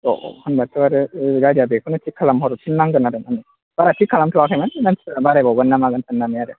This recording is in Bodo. औ औ होमबाथ' आरो गारिया बेखौनो थिक खालामहरफिन नांगोन आरो माने बारा थिग खालामथ'वाखैमोन मानसिफ्रा बारायबावगोन ना मागोन साननानै आरो